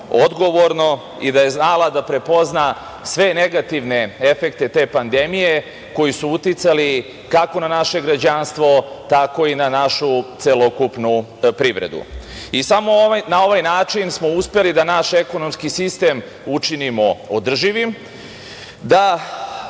odgovorno i da je znala da prepozna sve negativne efekte te pandemije koji su uticali kako na naše građanstvo, tako i na našu celokupnu privredu. Samo na ovaj način smo uspeli da naš ekonomski sistem učinimo održivim, da